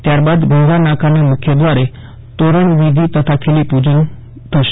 ત્યારબાદ ગંગાનાકાના મુખ્ય દ્વારે તોરન્વીધી તથા ખીલીપુજન થશે